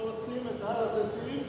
אנחנו רוצים את הר-הזיתים